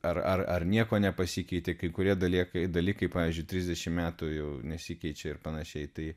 ar ar nieko nepasikeitė kai kurie dalie dalykai pavyzdžiui trisdešim metų jau nesikeičia ir panašiai tai